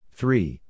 three